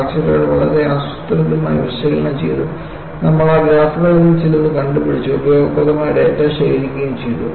ഫ്രാക്ചർകൾ വളരെ ആസൂത്രിതമായി വിശകലനം ചെയ്തു നമ്മൾ ആ ഗ്രാഫുകളിൽ നിന്ന് ചിലത് കണ്ടുപിടിച്ച് ഉപയോഗപ്രദമായ ഡാറ്റ ശേഖരിക്കുകയും ചെയ്തു